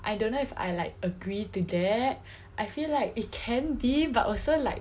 I don't know if I like agree to that I feel like it can be but also like